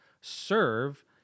Serve